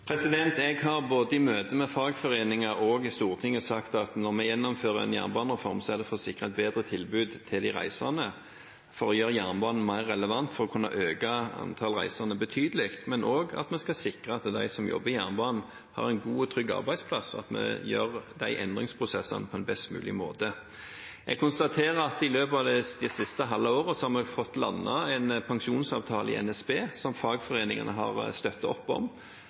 Moelv. Jeg har både i møte med fagforeningen og i Stortinget sagt at når vi gjennomfører en jernbanereform, er det for å sikre et bedre tilbud til de reisende. Det er for å gjøre jernbanen mer relevant, for å kunne øke antallet reisende betydelig og for at vi skal sikre at de som jobber i jernbanen, har en god og trygg arbeidsplass – at vi gjør endringsprosessene på en best mulig måte. Jeg konstaterer at i løpet av det siste halve året har vi fått landet en pensjonsavtale i NSB som fagforeningene har støttet opp om,